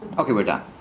ok we're done.